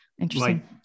Interesting